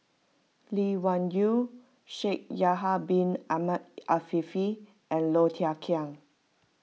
Lee Wung Yew Shaikh Yahya Bin Ahmed Afifi and Low Thia Khiang